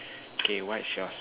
okay what's your